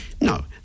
No